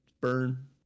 Burn